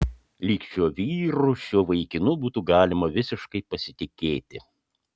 lyg šiuo vyru šiuo vaikinu būtų galima visiškai pasitikėti